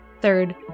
Third